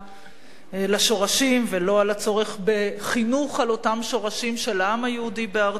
לשורשים ולא על הצורך בחינוך על אותם שורשים של העם היהודי בארצו,